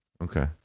Okay